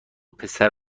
پسر